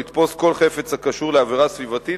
לתפוס כל חפץ הקשור לעבירה סביבתית,